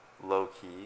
low-key